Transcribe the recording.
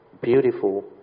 beautiful